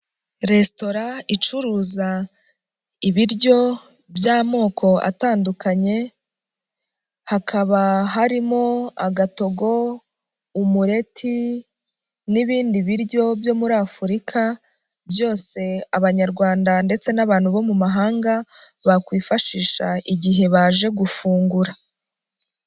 Resiora icuruza ibiryo by'amoko atandukanye, hakaba harimo; agatogo, umuleti, n'ibindi biryo byo muri afurika, byose abanyarwanda ndetse n'abantu bo mu mahanga bakwifashisha igihe baje gufungura.